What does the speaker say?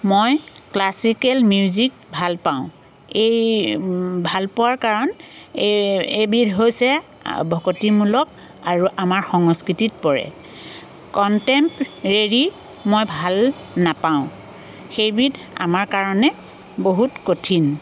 মই classical music ভাল পাওঁ এই ভাল পোৱাৰ কাৰণ এই এইবিধ হৈছে ভকতিমূলক আৰু আমাৰ সংস্কৃতিত পৰে কণ্টেম্পৰেৰী মই ভাল নাপাওঁ সেইবিধ আমাৰ কাৰণে বহুত কঠিন